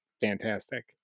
fantastic